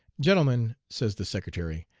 gentlemen, says the secretary,